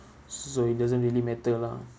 s~ so it doesn't really matter lah